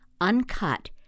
uncut